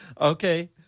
Okay